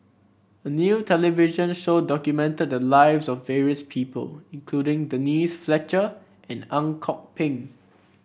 a new television show documented the lives of various people including Denise Fletcher and Ang Kok Peng